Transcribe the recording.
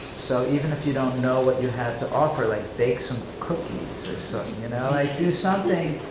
so even if you don't know what you have to offer, like bake some cookies or something, you know. like do something,